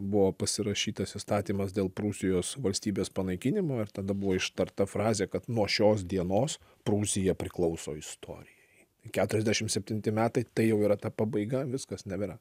buvo pasirašytas įstatymas dėl prūsijos valstybės panaikinimo ir tada buvo ištarta frazė kad nuo šios dienos prūsija priklauso istorijai keturiasdešim septinti metai tai jau yra ta pabaiga viskas nebėra